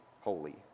holy